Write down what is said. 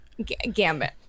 Gambit